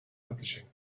publishing